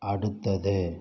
அடுத்தது